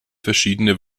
verschiedene